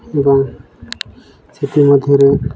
ଏବଂ ସେଥି ମଧ୍ୟରେ